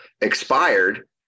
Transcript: expired